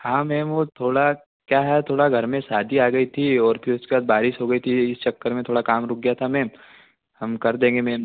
हाँ मैम वो थोड़ा क्या है थोड़ा घर में शादी आ गई थी और फिर उसके बाद बारिश हो गई थी इस चक्कर में थोड़ा काम रुक गया था मैम हम कर देंगे मैम